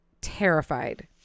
terrified